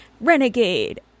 Renegade